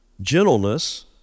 gentleness